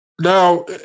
Now